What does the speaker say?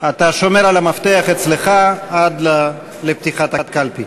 שומר על המפתח אצלך עד לפתיחת הקלפי.